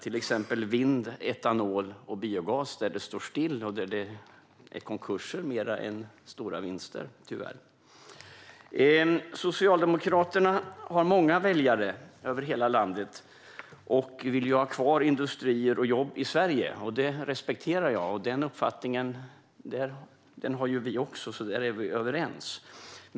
Inom vind, etanol och biogas står det still, och det är tyvärr konkurser mer än stora vinster. Socialdemokraterna har många väljare över hela landet och vill ha kvar industrier och jobb i Sverige. Det respekterar jag. Den uppfattningen har vi också, så där är vi överens.